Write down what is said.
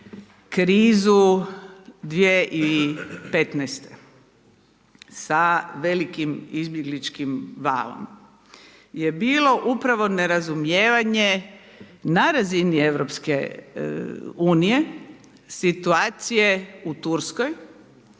krizu 2015. sa velikim izbjegličkim valom je bilo upravo nerazumijevanje na razini Europske unije situacije u Turskoj